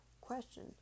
question